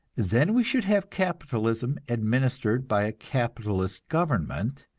then we should have capitalism administered by a capitalist government,